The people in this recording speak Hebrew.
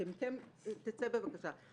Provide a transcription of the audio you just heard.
תצא בבקשה.